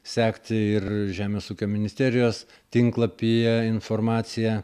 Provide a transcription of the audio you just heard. sekti ir žemės ūkio ministerijos tinklapyje informaciją